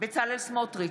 סמוטריץ'